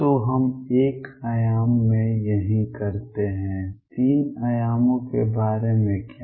तो हम 1 आयाम में यही करते हैं 3 आयामों के बारे में क्या